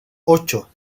ocho